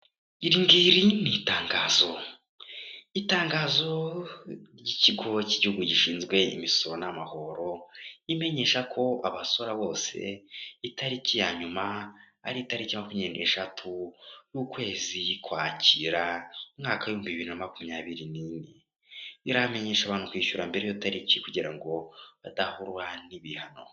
Iri ngiri ni itangazo. Itangazo ry'ikigo cy'igihugu gishinzwe imisoro n'amahoro, imenyesha ko abasora bose itariki ya nyuma ari itariki makumyabiri n'eshatu, ukwezi ukwakira, umwaka w'ibihumbi bibiri na makumyabiri n'ine. Iramenyesha abantu kwishyura mbere y'iyo tariki kugira ngo badahura n'ibihano.